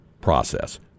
process